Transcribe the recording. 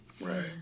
Right